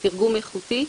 בתרגום איכותי.